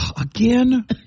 again